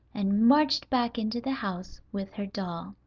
and marched back into the house with her doll.